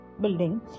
building